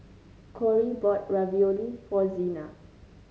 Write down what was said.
Corrie bought Ravioli for Zina